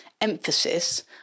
emphasis